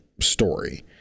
story